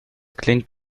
klingt